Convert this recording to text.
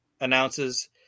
announces